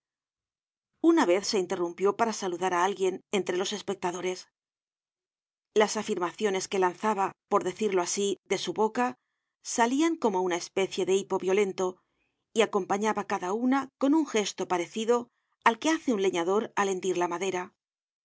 una vez se interrumpió para saludar á alguien entre los espectadores las afirmaciones que lanzaba por decirlo asi de su boca salian como una especie de hipo violento y acompañaba cada una con un gesto parecido al que hace un leñador al hendir la madera